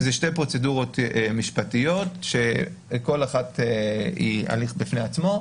אלה שתי פרוצדורות משפטיות שכל אחת היא הליך בפני עצמו.